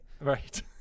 Right